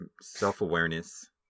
self-awareness